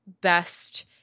best